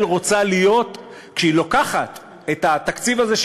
רוצה להיות כשהיא לוקחת את התקציב הזה,